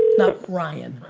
not ryan?